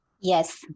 Yes